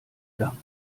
gang